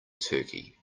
turkey